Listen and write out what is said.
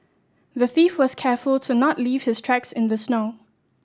the thief was careful to not leave his tracks in the snow